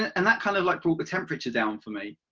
and that kind of like brought the temperature down for me.